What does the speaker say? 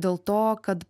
dėl to kad